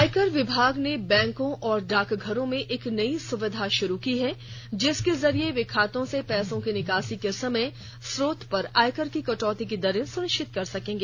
आय कर विभाग ने बैंकों और डाकघरों में एक नयी सुविधा शुरू की है जिसके जरिए वे खातों से पैसे की निकासी के समय स्रोत पर आयकर की कटौती की दरें सुनिश्चित कर सकते हैं